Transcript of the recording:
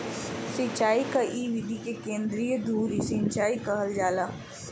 सिंचाई क इ विधि के केंद्रीय धूरी सिंचाई कहल जाला